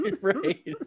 Right